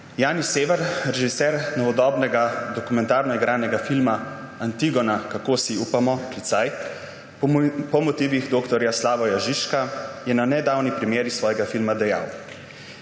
Jani Sever, režiser novodobnega dokumentarno-igranega filma Antigona – Kako si upamo! po motivih dr. Slavoja Žižka, je na nedavni premieri svojega filma dejal: